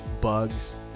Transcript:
bugs